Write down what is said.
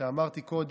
שאמרתי קודם,